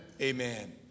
Amen